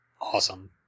Awesome